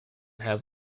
have